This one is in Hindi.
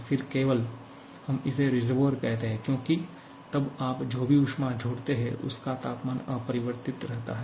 फिर केवल हम इसे रिसर्वोइएर कहते हैं क्योंकि तब आप जो भी ऊष्मा जोड़ते हैं उसका तापमान अपरिवर्तित रहता है